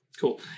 Cool